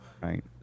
right